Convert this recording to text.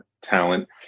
talent